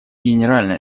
генеральной